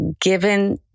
given